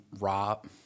Rob